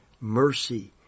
Mercy